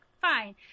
fine